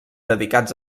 dedicats